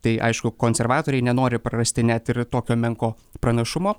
tai aišku konservatoriai nenori prarasti net ir tokio menko pranašumo